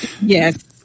Yes